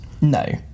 No